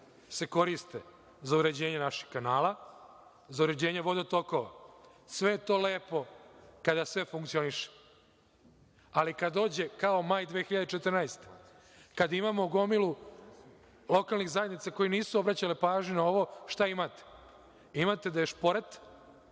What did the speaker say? se koriste za uređenje naših kanala, za uređenje vodotokova. Sve je to lepo kada sve funkcioniše ali kada dođe, kao maj 2014. godine, kada imamo gomilu lokalnih zajednica koje nisu obraćale pažnju na ovo šta imate. Imate da je šporet,